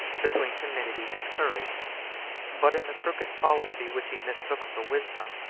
between timidity and courage but in the crooked policy which he mistook for wisdom,